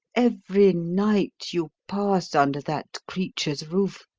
every night you pass under that creature's roof,